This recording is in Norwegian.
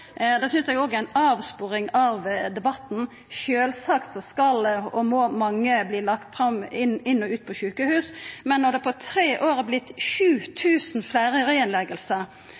synest eg òg er ei avsporing av debatten. Sjølvsagt skal og må mange verta lagde inn og ut på sjukehus, men når det på tre år har vorte 7 000 fleire